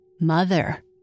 Mother